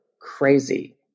crazy